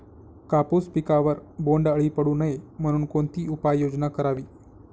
कापूस पिकावर बोंडअळी पडू नये म्हणून कोणती उपाययोजना करावी?